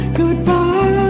goodbye